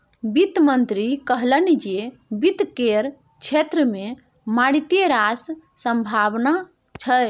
वित्त मंत्री कहलनि जे वित्त केर क्षेत्र मे मारिते रास संभाबना छै